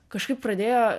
kažkaip pradėjo